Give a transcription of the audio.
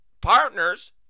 partner's